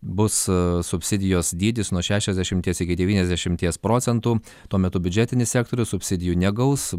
bus subsidijos dydis nuo šešiasdešimties iki devyniasdešimties procentų tuo metu biudžetinis sektorius subsidijų negaus